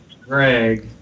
Greg